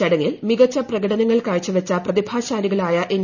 ചടങ്ങിൽ മികച്ച പ്രകടനങ്ങൾ കാഴ്ചവച്ച പ്രതിഭാശാലികളായ എൻ